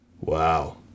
Wow